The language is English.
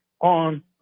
on